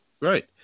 Right